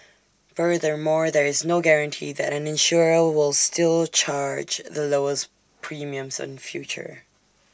furthermore there is no guarantee that an insurer will still charge the lowest premiums in future